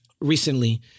recently